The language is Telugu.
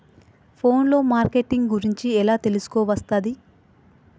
ఫోన్ లో మార్కెటింగ్ గురించి ఎలా తెలుసుకోవస్తది?